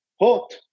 hot